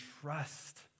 trust